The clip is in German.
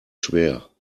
schwer